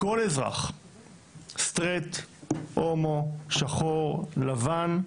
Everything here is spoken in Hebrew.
כל אזרח, סטרייט, הומו, שחור, לבן,